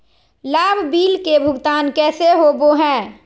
लाभ बिल के भुगतान कैसे होबो हैं?